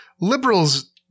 liberals